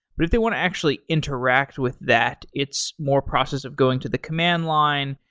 but if they want to actually interact with that, it's more process of going to the command line.